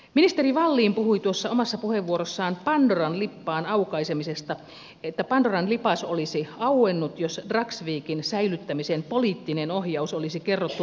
ministeri wallin puhui tuossa omassa puheenvuorossaan pandoran lippaan aukaisemisesta että pandoran lipas olisi auennut jos dragsvikin säilyttämisen poliittinen ohjaus olisi kerrottu avoimesti eduskunnalle